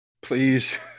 Please